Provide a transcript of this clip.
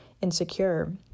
insecure